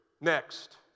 next